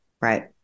Right